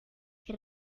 que